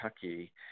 kentucky